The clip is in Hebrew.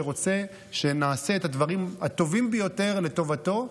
שרוצה שנעשה את הדברים הטובים ביותר לטובתו,